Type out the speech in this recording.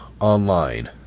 online